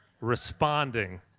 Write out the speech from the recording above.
responding